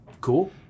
Cool